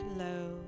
low